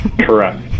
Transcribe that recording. Correct